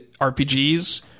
RPGs